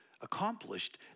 accomplished